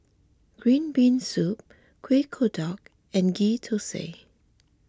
Green Bean Soup Kuih Kodok and Ghee Thosai